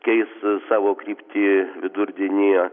keis savo kryptį vidurdienyje